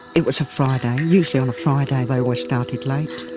it was a friday, usually on a friday they always started late,